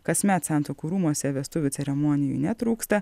kasmet santuokų rūmuose vestuvių ceremonijų netrūksta